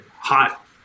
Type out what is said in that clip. hot